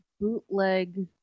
bootleg